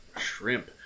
Shrimp